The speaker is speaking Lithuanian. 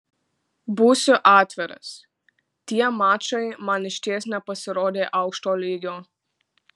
būsiu atviras tie mačai man išties nepasirodė aukšto lygio